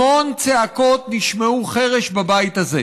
המון צעקות נשמעו חרש בבית הזה.